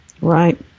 right